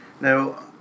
now